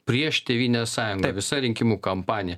prieš tėvynės sąjungą visa rinkimų kampanija